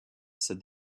said